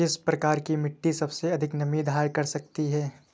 किस प्रकार की मिट्टी सबसे अधिक नमी धारण कर सकती है?